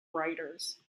writers